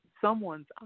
someone's